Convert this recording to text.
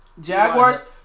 Jaguars